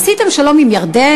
עשיתם שלום עם ירדן,